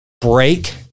Break